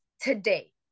today